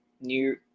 New